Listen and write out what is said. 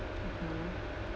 mmhmm